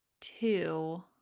two